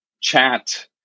chat